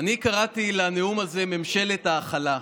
אני קראתי לנאום הזה "ממשלת ההכלה",